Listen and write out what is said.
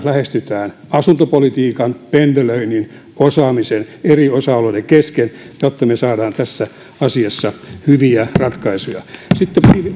lähestytään asuntopolitiikan pendelöinnin osaamisen eri osa alueiden kesken jotta me saamme tässä asiassa hyviä ratkaisuja sitten